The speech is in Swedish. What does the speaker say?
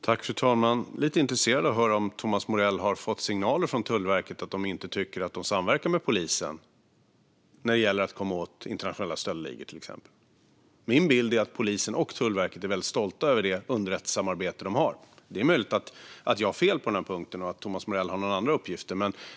Fru talman! Jag är intresserad av höra om Thomas Morell har fått signaler från Tullverket om att de inte tycker att de samverkar med polisen när det gäller att komma åt till exempel internationella stöldligor. Min bild är att polisen och Tullverket är väldigt stolta över det underrättelsesamarbete de har. Det är möjligt att jag har fel på denna punkt och att Thomas Morell har andra uppgifter.